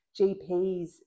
GPs